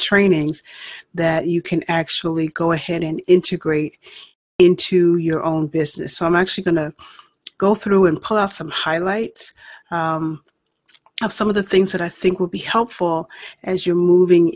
trainings that you can actually go ahead and integrate into your own business i'm actually going to go through and pull off some highlights of some of the things that i think will be helpful as you're moving